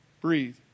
Breathe